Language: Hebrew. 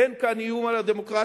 אין כאן איום על הדמוקרטיה,